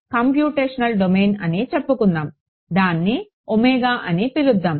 ఇది computational domain అని చెప్పుకుందాం దాన్ని అని పిలుద్దాం